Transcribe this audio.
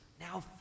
now